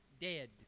dead